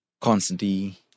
constantly